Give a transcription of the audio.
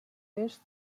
est